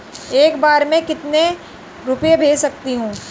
एक बार में मैं कितने रुपये भेज सकती हूँ?